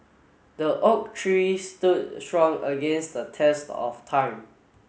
the oak tree stood strong against the test of time